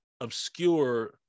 obscure